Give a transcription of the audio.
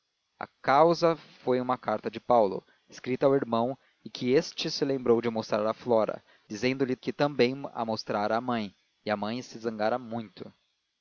a causa foi uma carta de paulo escrita ao irmão e que este se lembrou de mostrar a flora dizendo-lhe que também a mostrara à mãe e a mãe se zangara muito